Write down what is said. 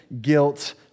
guilt